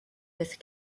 earth